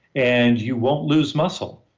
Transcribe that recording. and you won't lose muscle.